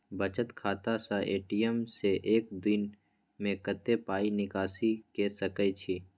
बचत खाता स ए.टी.एम से एक दिन में कत्ते पाई निकासी के सके छि?